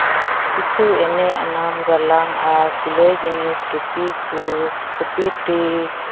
ᱠᱤᱪᱷᱩ ᱮᱱᱮᱡ ᱟᱱᱟᱜ ᱜᱟᱞᱟᱝ ᱟᱨ ᱥᱤᱞᱟᱹᱭ ᱡᱤᱱᱤᱥ ᱴᱩᱯᱤ ᱠᱚ ᱴᱩᱯᱤ ᱛᱷᱨᱤ